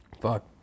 fuck